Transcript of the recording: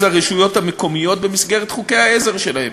הרשויות המקומיות במסגרת חוקי העזר שלהן.